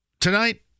tonight